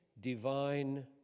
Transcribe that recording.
divine